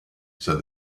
said